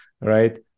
right